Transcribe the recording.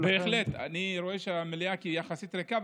אני רואה שהמליאה יחסית ריקה,